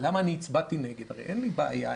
הרי אין לי בעיה,